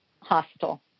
hostile